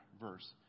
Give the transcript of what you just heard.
verse